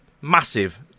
massive